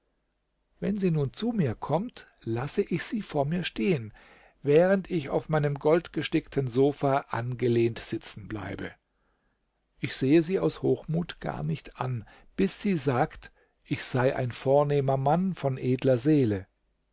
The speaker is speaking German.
wenn sie nun zu mir kommt laß ich sie vor mir stehen während ich auf meinem goldgestickten sofa angelehnt sitzen bleibe ich sehe sie aus hochmut gar nicht an bis sie sagt ich sei ein vornehmer mann von edler seele